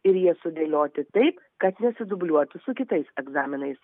ir jie sudėlioti taip kad nesidubliuotų su kitais egzaminais